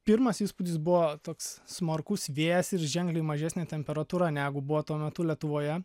pirmas įspūdis buvo toks smarkus vėjas ir ženkliai mažesnė temperatūra negu buvo tuo metu lietuvoje